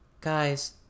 Guys